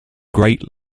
great